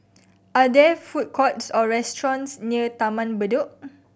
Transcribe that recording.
are there food courts or restaurants near Taman Bedok